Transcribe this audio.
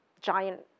giant